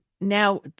now